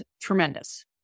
tremendous